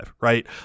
right